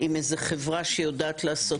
עם איזה חברה שיודעת לעשות,